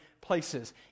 places